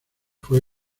fue